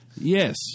Yes